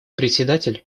председатель